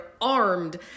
armed